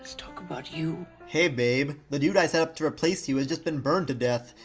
talk about you. hey, babe. the dude i set up to replace you has just been burned to death.